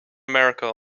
america